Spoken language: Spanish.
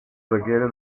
requiere